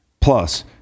Plus